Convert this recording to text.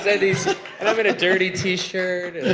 these and i'm in a dirty t-shirt,